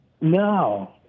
No